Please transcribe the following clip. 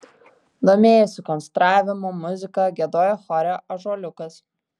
domėjosi konstravimu muzika giedojo chore ąžuoliukas